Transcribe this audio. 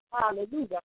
Hallelujah